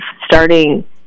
starting